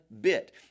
bit